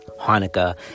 Hanukkah